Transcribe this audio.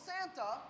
Santa